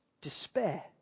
despair